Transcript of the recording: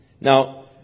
Now